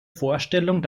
vorstellung